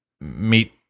meet